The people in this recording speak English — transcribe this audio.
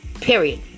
Period